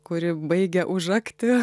kuri baigia užakti